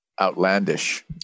outlandish